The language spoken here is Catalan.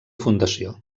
fundació